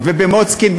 ובמוצקין,